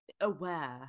aware